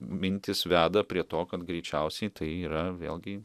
mintys veda prie to kad greičiausiai tai yra vėlgi